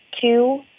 Two